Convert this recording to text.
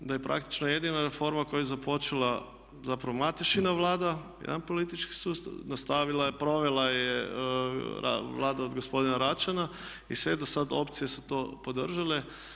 Da je praktično jedina reforma koju je započela zapravo Matešina Vlada, jedan politički sustav, nastavila i provela je Vlada od gospodina Račana i sve dosad opcije su to podržale.